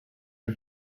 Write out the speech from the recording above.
her